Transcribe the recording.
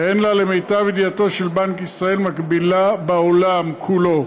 שאין לה למיטב ידיעתו של בנק ישראל מקבילה בעולם כולו.